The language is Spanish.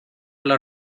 los